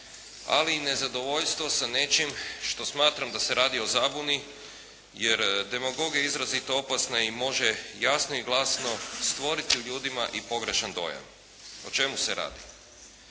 Ali i nezadovoljstvo sa nečim što smatram da se radi o zabuni jer demagogija je izrazito opasna i može jasno i glasno stvoriti u ljudima i pogrešan dojam. O čemu se radi?